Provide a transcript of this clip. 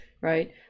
right